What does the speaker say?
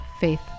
faith